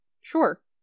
sure